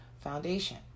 foundation